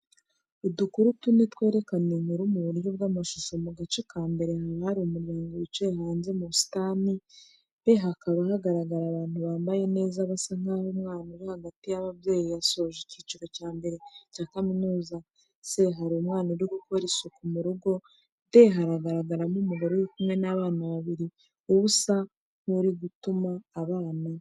Udukuru tune twerekana inkuru mu buryo bw'amashusho , mu gace kambere haba hari umuryango wicaye hanze mu busitani, (b) haba hagaragaramo abantu bambaye neza basa nk'aho umwana uri hagati yababyeyi yasoje icyiciro cyambere cya kaminuza (c) hari umwana uri gukora isuku mu rugo (d) hagaragaramo umugore uri kumwe n'abana babiri uba usa nkuri gutuma abana .